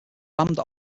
lambda